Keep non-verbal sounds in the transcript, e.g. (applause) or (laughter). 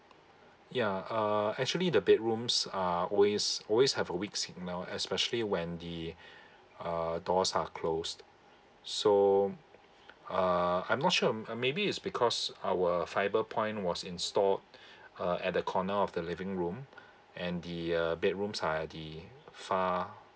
ya uh actually the bedrooms are always always have a weak signal especially when the (breath) uh doors are closed so uh I'm not sure um I maybe it's because our fibre point was installed uh at the corner of the living room (breath) and the uh the bedrooms are at the far